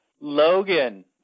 Logan